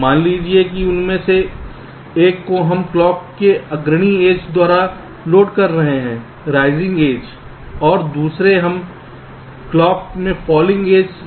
मान लीजिए कि उनमें से एक को हम क्लॉक के अग्रणी एज द्वारा लोड कर रहे हैं राइजिंग एज और दूसरे हम क्लॉक के फॉलिंग एज से सक्रिय कर रहे हैं